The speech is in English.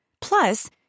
Plus